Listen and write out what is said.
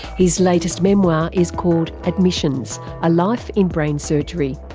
his latest memoir is called admissions a life in brain surgery.